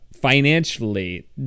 financially